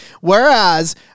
Whereas